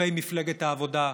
כלפי מפלגת העבודה,